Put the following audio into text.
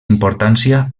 importància